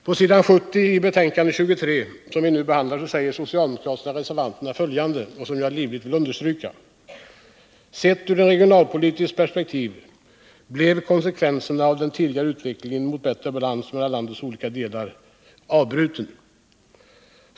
På s. 70 i betänkandet 23 säger de socialdemokratiska reservanterna följande, som jag livligt vill understryka: ”Sett ur ett regionalpolitiskt perspektiv blev konsekvensen att den tidigare utvecklingen mot bättre balans mellan landets olika delar avbröts.